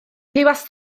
roedd